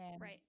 Right